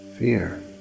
Fear